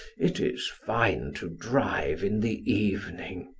it is fine to drive in the evening.